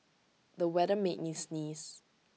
the weather made me sneeze